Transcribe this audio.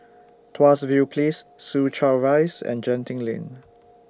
Tuas View Place Soo Chow Rise and Genting Lane